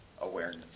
awareness